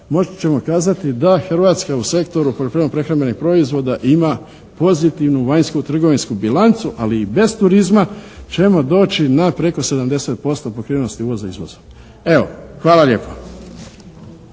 ćemo kazati da Hrvatska u sektoru poljoprivredno-prehrambenih proizvoda ima pozitivnu vanjsku bilancu. Ali i bez turizma ćemo doći na preko 70% pokrivenosti uvoza izvozom. Evo, hvala lijepa.